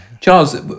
Charles